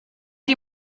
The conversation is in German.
die